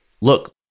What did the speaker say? Look